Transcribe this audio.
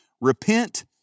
Repent